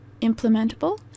implementable